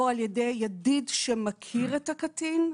או על-ידי ידיד שמכיר את הקטין,